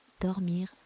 Dormir